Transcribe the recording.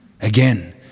Again